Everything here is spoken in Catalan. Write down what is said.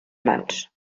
mans